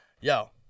Yo